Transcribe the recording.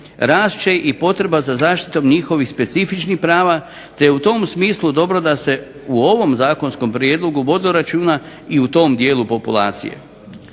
rast će i potreba za zaštitom njihovih specifičnih prava te u tom smislu dobro da se u ovom zakonskom prijedlogu vodilo računa i o tom dijelu populacije.